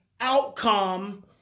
outcome